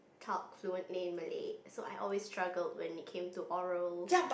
talk fluently in Malay so I always struggled when it came to Oral